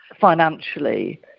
financially